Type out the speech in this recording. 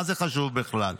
מה זה חשוב בכלל.